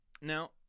Now